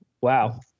wow